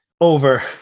over